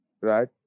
Right